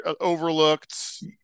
overlooked